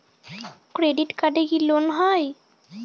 Credit কার্ডে কি loan হয়?